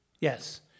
Yes